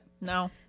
No